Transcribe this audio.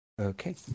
Okay